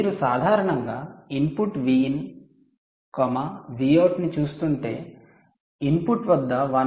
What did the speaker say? మీరు సాధారణంగా input Vin Vout ను చూస్తుంటే ఇన్పుట్ వద్ద 1